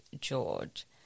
George